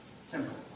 Simple